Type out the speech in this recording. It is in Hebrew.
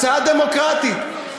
הצעה דמוקרטית.